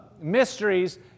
mysteries